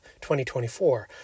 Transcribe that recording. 2024